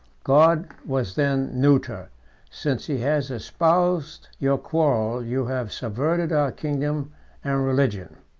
god was then neuter since he has espoused your quarrel, you have subverted our kingdom and religion.